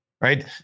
right